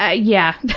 ah yeah,